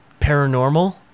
paranormal